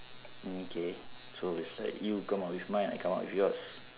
mm okay so it's like you come up with mine I come up with yours